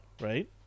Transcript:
right